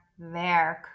werk